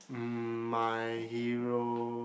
mm my hero